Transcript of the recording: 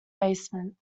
basement